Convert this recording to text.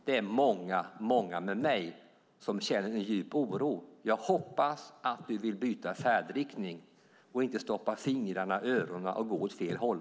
Det är många med mig som känner en djup oro. Jag hoppas att du vill byta färdriktning och att du inte stoppar fingrarna i öronen och går åt fel håll.